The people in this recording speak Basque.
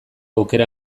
aukera